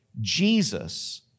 jesus